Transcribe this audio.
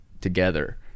together